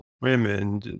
women